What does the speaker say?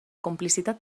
complicitat